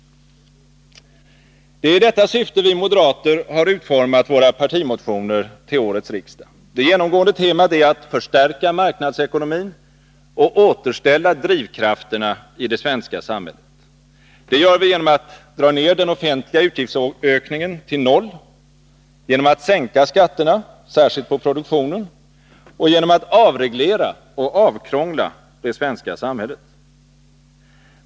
Det är i detta syfte vi moderater har utformat våra partimotioner till årets riksdag. Det genomgående temat är att förstärka marknadsekonomin och återställa drivkrafterna i det svenska samhället. Det gör vi genom att dra ner den offentliga utgiftsökningen till noll, genom att sänka skatterna, särskilt på produktionen, och genom att avreglera och avkrångla det svenska samhället.